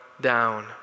down